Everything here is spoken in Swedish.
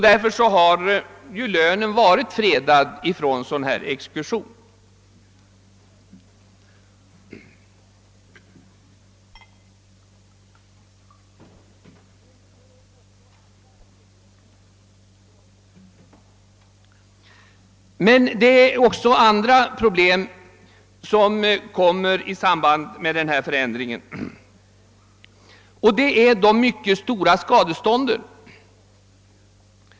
Därför har lönen i praktiken varit fredad från exekution av detta slag. Om den föreslagna lagändringen träder i kraft skulle emellertid också andra problem uppstå. Jag tänker här på de mycket stora skadestånd som ibland utdömes.